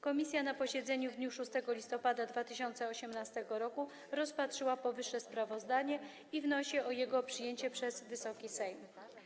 Komisja na posiedzeniu w dniu 6 listopada 2018 r. rozpatrzyła powyższe sprawozdanie i wnosi o jego przyjęcie przez Wysoki Sejm.